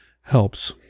helps